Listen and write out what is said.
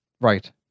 Right